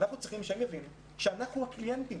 אנחנו צריכים שהם יבינו שאנחנו הקליינטים,